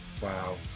Wow